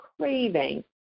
craving